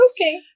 Okay